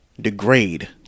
degrade